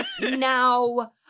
Now